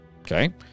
Okay